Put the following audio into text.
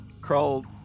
crawled